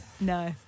no